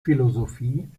philosophie